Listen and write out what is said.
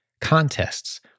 contests